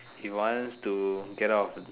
he wants to get out